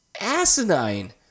asinine